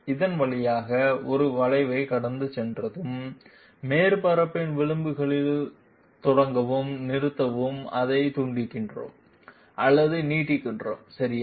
அதன் வழியாக ஒரு வளைவைக் கடந்து சென்றதும் மேற்பரப்பின் விளிம்புகளில் தொடங்கவும் நிறுத்தவும் அதை துண்டிக்கிறோம் அல்லது நீட்டிக்கிறோம் சரியா